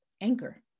Anchor